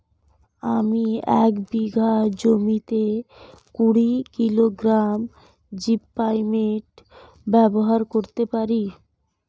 আমি এক বিঘা জমিতে কুড়ি কিলোগ্রাম জিপমাইট ব্যবহার করতে পারি?